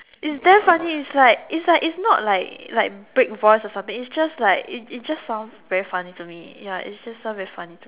it's damn funny it's like it's like it's not like like break voice or something it's just like it it just sounds very funny to me ya it just sounds very funny to me